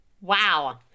Wow